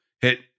hit